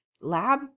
lab